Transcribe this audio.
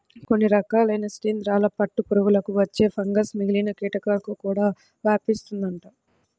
కొన్ని రకాలైన శిలీందరాల పట్టు పురుగులకు వచ్చే ఫంగస్ మిగిలిన కీటకాలకు కూడా వ్యాపిస్తుందంట